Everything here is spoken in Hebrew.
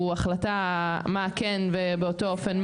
הוא החלטה מה כן ובאותו אופן,